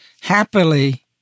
happily